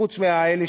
חוץ מאלה,